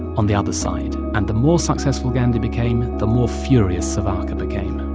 on the other side. and the more successful gandhi became, the more furious savarkar became